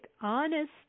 honest